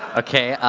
ok, i'll,